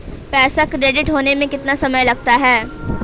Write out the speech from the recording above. पैसा क्रेडिट होने में कितना समय लगता है?